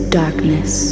darkness